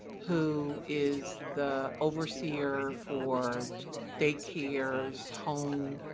who is the overseer for daycares, home